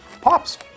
Pops